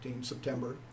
September